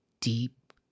deep